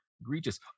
egregious